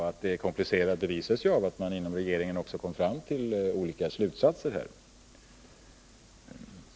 Att det är komplicerat bevisas av att man inom regeringen också kom fram till olika slutsatser.